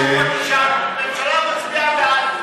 נצביע בעד,